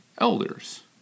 elders